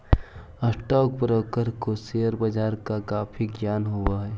stock broker को share बाजार का काफी ज्ञान हो हई